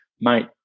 mate